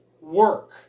work